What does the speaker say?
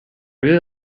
really